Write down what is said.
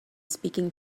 speaking